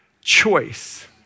choice